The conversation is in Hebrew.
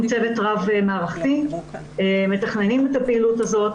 צוות רב מערכתי מתכננים את הפעילות הזאת,